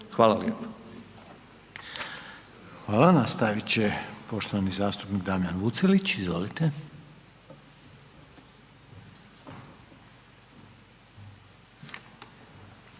Željko (HDZ)** Hvala. Nastavit će poštovani zastupnik Damjan Vucelić. Izvolite.